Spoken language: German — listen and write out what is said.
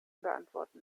beantworten